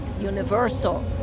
universal